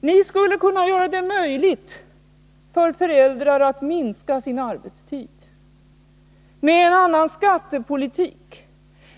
Ni skulle t.ex. kunna göra det möjligt för föräldrar att minska sin arbetstid om ni valde en annan skattepolitik